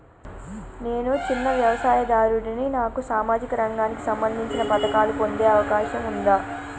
నేను చిన్న వ్యవసాయదారుడిని నాకు సామాజిక రంగానికి సంబంధించిన పథకాలు పొందే అవకాశం ఉందా?